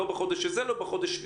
לא במרץ,